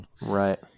Right